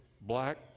Black